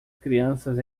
crianças